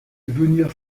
venir